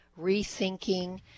rethinking